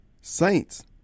saints